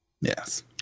Yes